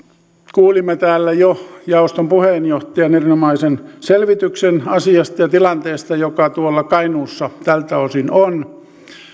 kuulimme täällä jo jaoston puheenjohtajan erinomaisen selvityksen asiasta ja tilanteesta joka tuolla kainuussa tältä osin on